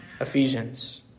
Ephesians